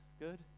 Good